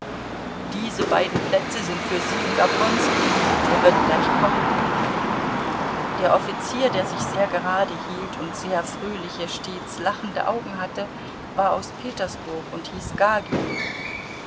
diese beiden plätze sind für sie und oblonski er wird gleich kommen der offizier der sich sehr gerade hielt und sehr fröhliche stets lachende augen hatte war aus petersburg und hieß gagin